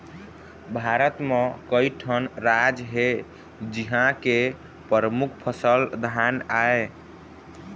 भारत म कइठन राज हे जिंहा के परमुख फसल धान आय